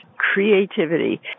creativity